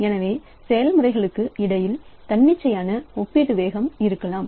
எனவே செயல்முறைகளுக்கு இடையில் தன்னிச்சையான ஒப்பீட்டு வேகம் இருக்கலாம்